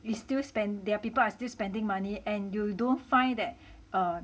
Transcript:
we still spend there are people are still spending money and you don't find that err